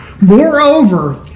Moreover